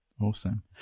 Awesome